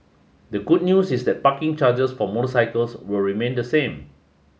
the good news is that parking charges for motorcycles will remain the same